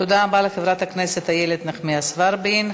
תודה רבה לחברת הכנסת איילת נחמיאס ורבין.